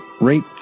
right